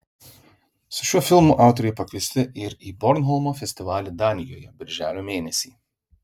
su šiuo filmu autoriai pakviesti ir į bornholmo festivalį danijoje birželio mėnesį